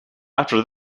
after